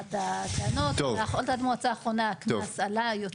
והטענות, החלטת מועצה אחרונה הקנס עלה יותר.